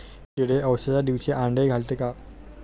किडे अवसच्या दिवशी आंडे घालते का?